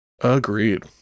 agreed